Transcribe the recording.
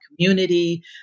community